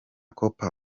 kapoor